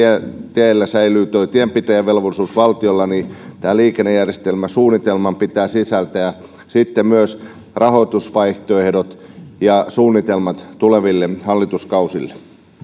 teillä säilyy tienpitäjävelvollisuus valtiolla tämän liikennejärjestelmäsuunnitelman pitää sisältää sitten myös rahoitusvaihtoehdot ja suunnitelmat tuleville hallituskausille